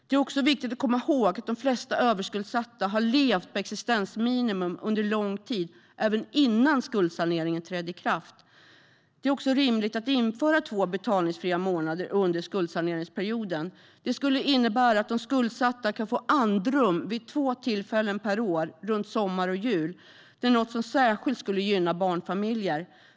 Det är också viktigt att komma ihåg att de flesta överskuldsatta har levt på existensminimum under lång tid, även innan skuldsaneringen trädde i kraft. Det är också rimligt att införa två betalningsfria månader under skuldsaneringsperioden. Det skulle innebära att den skuldsatte kan få andrum vid två tillfällen per år, runt sommar och jul. Det är något som särskilt skulle gynna barnfamiljer.